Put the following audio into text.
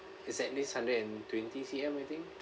it's at least hundred and twenty C_M I think